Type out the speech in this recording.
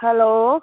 hello